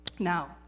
Now